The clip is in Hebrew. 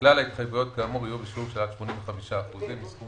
כלל ההתחייבויות כאמור יהיו בשיעור של עד 85% מהסכום